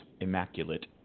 immaculate